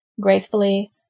gracefully